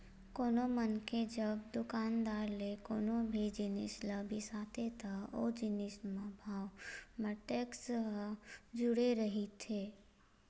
कोनो मनखे जब दुकानदार ले कोनो भी जिनिस ल बिसाथे त ओ जिनिस म भाव म टेक्स ह जुड़े रहिथे